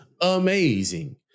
amazing